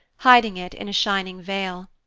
hiding it in a shining veil.